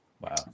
Wow